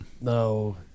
No